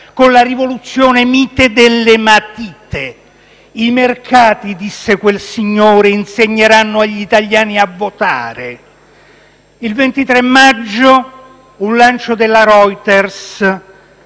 con la rivoluzione mite delle matite. I mercati - disse quel signore - insegneranno agli italiani a votare. Il 23 maggio un lancio dell'agenzia Reuters